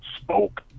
spoke